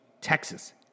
Texas